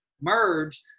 merge